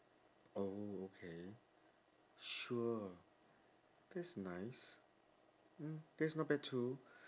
oh okay sure that's nice mm that's not bad too